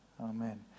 Amen